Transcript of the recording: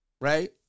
right